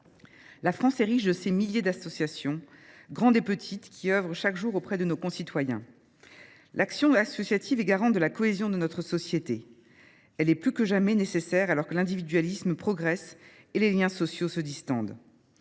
la France est riche de ses milliers d’associations, grandes et petites, qui œuvrent chaque jour auprès de nos concitoyens. L’action associative est garante de la cohésion de notre société ; elle est plus que jamais nécessaire alors que l’individualisme progresse et que les liens sociaux se distendent.